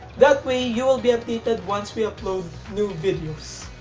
that way you will be updated once we upload new videos.